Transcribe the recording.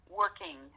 working